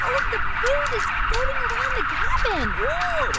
all of the food is floating around the cabin whoa